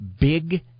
Big